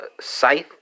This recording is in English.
scythe